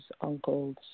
uncles